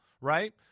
right